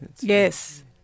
Yes